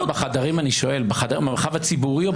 את רוצה במרחב הציבורי או בחדרים?